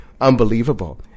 unbelievable